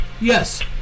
Yes